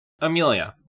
Amelia